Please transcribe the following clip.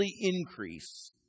increase